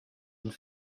and